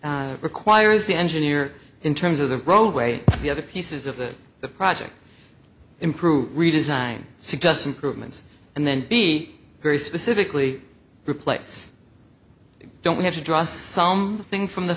requires the engineer in terms of the roadway the other pieces of the project improve redesign suggest improvements and then be very specifically replace you don't have to draw some thing from the